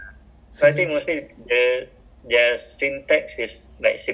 I don't really like to like build you know macam build all the app